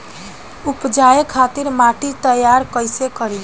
उपजाये खातिर माटी तैयारी कइसे करी?